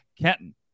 Kenton